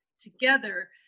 together